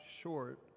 short